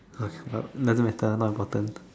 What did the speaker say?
okay but doesn't matter not important